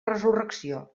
resurrecció